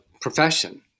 profession